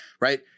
right